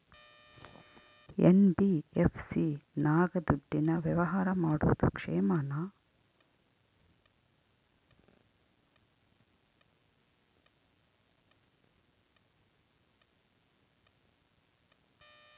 NBFC ನಾಗ ದುಡ್ಡಿನ ವ್ಯವಹಾರ ಮಾಡೋದು ಕ್ಷೇಮಾನ?